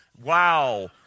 Wow